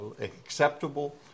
acceptable